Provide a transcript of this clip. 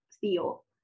feel